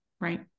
right